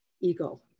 ego